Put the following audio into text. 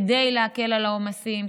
כדי להקל על העומסים,